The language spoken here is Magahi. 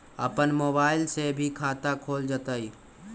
अपन मोबाइल से भी खाता खोल जताईं?